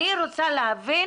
אני רוצה להבין